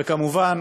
וכמובן